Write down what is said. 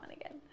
again